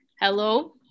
hello